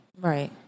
Right